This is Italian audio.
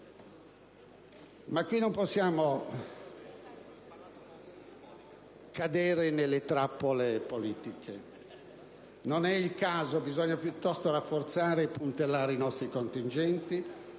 ma qui non possiamo cadere nelle trappole politiche: non è il caso. Bisogna piuttosto rafforzare e puntellare i nostri contingenti,